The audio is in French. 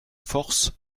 force